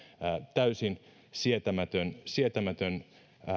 täysin sietämätön sietämätön